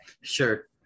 Sure